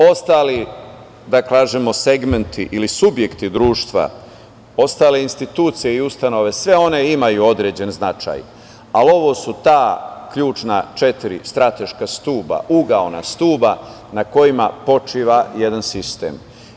Ostali, da kažemo, segmenti ili subjekti društva, ostale institucije i ustanove, sve one imaju određen značaj, ali ovo su ta ključna četiri strateška stuba, ugaona stuba na kojima počiva jedan sistem.